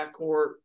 backcourt